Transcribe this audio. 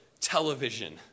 television